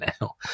now